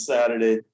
Saturday